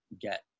get